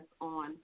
on